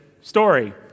story